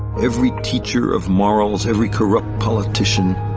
every teacher of morals. every corrupt politician.